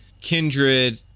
Kindred